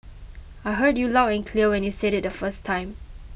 I heard you loud and clear when you said it the first time